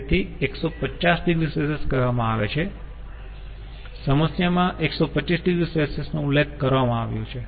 તેથી 150 oC કહેવામાં આવે છે સમસ્યામાં 125 oC નો ઉલ્લેખ કરવામાં આવ્યો છે